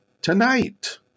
tonight